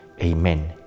Amen